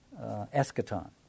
eschaton